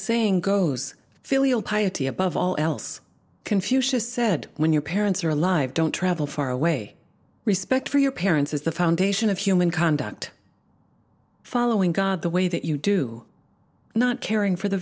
piety above all else confucius said when your parents are alive don't travel far away respect for your parents is the foundation of human conduct following god the way that you do not caring for the